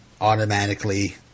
Automatically